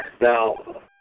Now